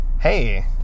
Hey